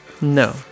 No